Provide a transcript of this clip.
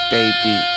Baby